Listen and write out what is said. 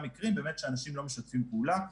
מקרים באמת של אנשים שלא משתפים פעולה,